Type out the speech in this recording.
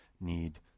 need